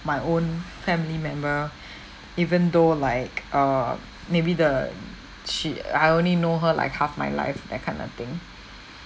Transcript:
my own family member even though like err maybe the she I only know her like half my life that kind of thing